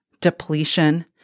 depletion